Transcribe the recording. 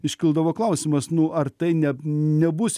iškildavo klausimas nu ar tai ne nebus